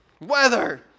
Weather